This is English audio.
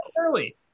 early